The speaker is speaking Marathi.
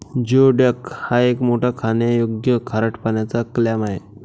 जिओडॅक हा एक मोठा खाण्यायोग्य खारट पाण्याचा क्लॅम आहे